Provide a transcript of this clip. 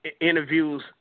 interviews